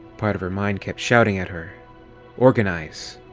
part of her mind kept shouting at her organize!